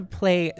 play